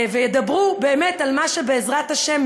וידברו באמת על מה שבעזרת השם,